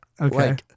Okay